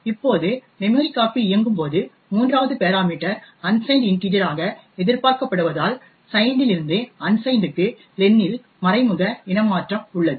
இப்போது memcpy இயங்கும் போது 3வது பெராமீட்டர் அன்சைன்ட் இன்டிஜர் ஆக எதிர்பார்க்கப்படுவதால் சைன்ட் இல் இருந்து அன்சைன்ட் க்கு லென் இல் மறைமுக இனமாற்றம் உள்ளது